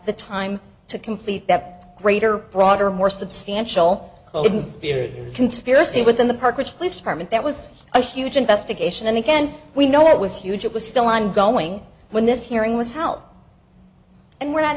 the time to complete that greater broader more substantial coconspirator conspiracy within the park which police department that was a huge investigation and again we know it was huge it was still ongoing when this hearing was held and we're not